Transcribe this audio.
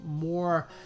more